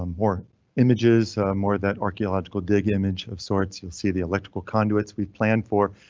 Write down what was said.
um more images, more that archaeological dig image of sorts. you'll see the electrical conduits we've planned for.